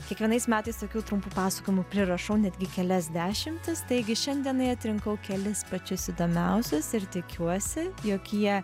kiekvienais metais tokių trumpų pasakojimų prirašau netgi kelias dešimtis taigi šiandienai atrinkau kelis pačius įdomiausius ir tikiuosi jog jie